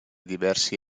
diversi